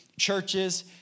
churches